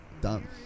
done